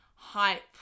Hype